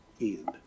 end